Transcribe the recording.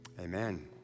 Amen